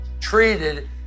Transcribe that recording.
treated